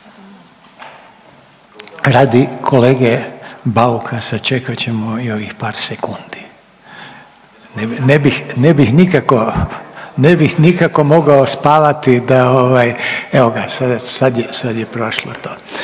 Radi kolege Bauka sačekat ćemo i ovih par sekundi. Ne bih nikako, ne bih nikako mogao spavati da, evo ga, sad je prošlo to.